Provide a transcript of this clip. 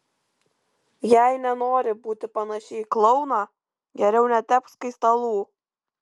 jei nenori būti panaši į klouną geriau netepk skaistalų